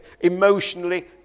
emotionally